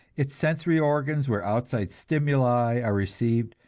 its sensory organs where outside stimuli are received,